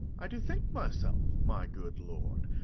i do think myself, my good lord,